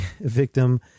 victim